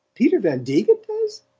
peter van degen does?